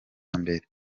mbere